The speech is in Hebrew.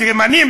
תימנים?